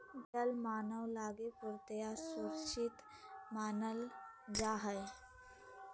जल मानव लगी पूर्णतया सुरक्षित मानल जा हइ